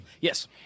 Yes